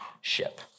ship